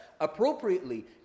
appropriately